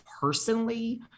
personally